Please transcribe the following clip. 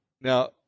now